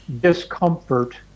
discomfort